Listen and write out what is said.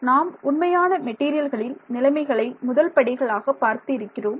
நாம் உண்மையான மெட்டீரியல்களில் நிலைமைகளை முதல் படிகளாக பார்த்து இருக்கிறோம்